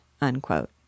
unquote